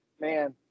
man